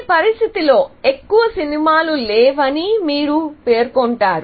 ఈ పరిస్థితిలో ఎక్కువ సినిమాలు లేవని మీరు పేర్కొంటారు